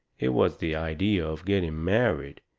it was the idea of getting married,